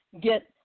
get